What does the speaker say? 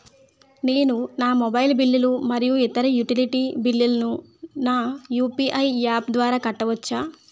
నేను నా మొబైల్ బిల్లులు మరియు ఇతర యుటిలిటీ బిల్లులను నా యు.పి.ఐ యాప్ ద్వారా కట్టవచ్చు